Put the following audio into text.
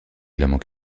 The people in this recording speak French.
l’homme